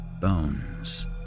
bones